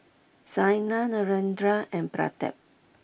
Saina Narendra and Pratap